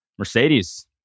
Mercedes